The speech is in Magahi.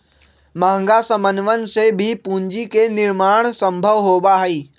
महंगा समनवन से भी पूंजी के निर्माण सम्भव होबा हई